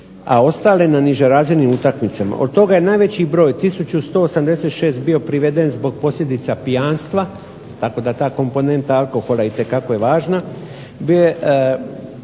a ostale na niže razrednim utakmicama. Od toga je najveći broj 1 186 bio priveden zbog posljedica pijanstva, tako da ta komponenta alkohola itekako je važna, 292